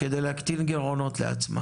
כדי להקטין גירעונות לעצמה